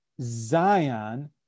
Zion